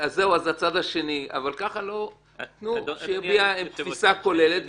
אבל תנו שיביע תפיסה כוללת,